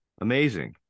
Amazing